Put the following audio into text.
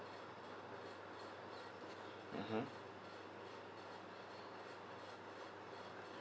mmhmm